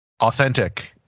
authentic